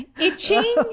Itching